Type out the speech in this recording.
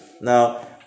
Now